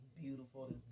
beautiful